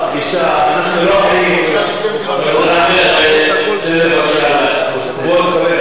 חבר הכנסת, תראה, אנחנו לא בדיון משפטי